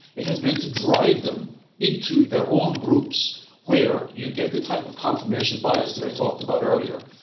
it has been to drive them into their own groups, where you get the type of confirmation bias that i talked about earlier.